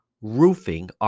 roofing